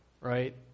Right